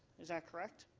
is that correct?